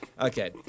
Okay